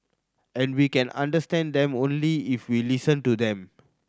and we can understand them only if we listen to them